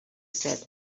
said